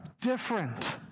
different